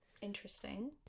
interesting